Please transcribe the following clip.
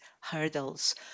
hurdles